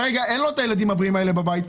כרגע אין לו את הילדים הבריאים האלה בבית.